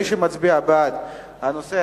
מי שמצביע בעד, הנושא